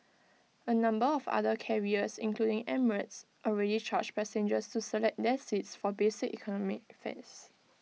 A number of other carriers including emirates already charge passengers to select their seats for basic economy fares